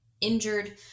injured